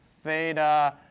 theta